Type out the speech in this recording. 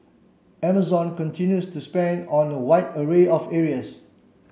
Amazon continues to spend on a wide array of areas